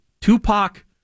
Tupac